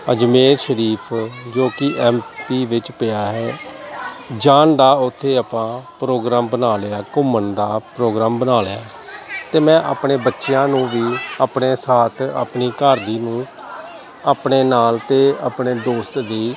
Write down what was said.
ਅਜਮੇਰ ਸ਼ਰੀਫ ਜੋ ਕਿ ਐਮਪੀ ਵਿੱਚ ਪਿਆ ਹੈ ਜਾਣ ਦਾ ਉੱਥੇ ਆਪਾਂ ਪ੍ਰੋਗਰਾਮ ਬਣਾ ਲਿਆ ਘੁੰਮਣ ਦਾ ਪ੍ਰੋਗਰਾਮ ਬਣਾ ਲਿਆ ਅਤੇ ਮੈਂ ਆਪਣੇ ਬੱਚਿਆਂ ਨੂੰ ਵੀ ਆਪਣੇ ਸਾਥ ਆਪਣੇ ਘਰਦਿਆਂ ਨੂੰ ਆਪਣੇ ਨਾਲ ਅਤੇ ਆਪਣੇ ਦੋਸਤ ਦੀ